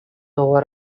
over